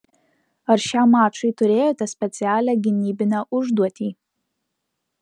ar šiam mačui turėjote specialią gynybinę užduotį